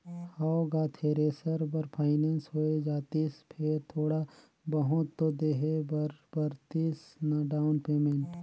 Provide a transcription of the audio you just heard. हव गा थेरेसर बर फाइनेंस होए जातिस फेर थोड़ा बहुत तो देहे बर परतिस ना डाउन पेमेंट